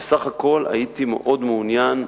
בסך הכול הייתי מאוד מעוניין,